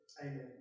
Amen